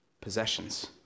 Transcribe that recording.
Possessions